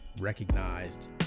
recognized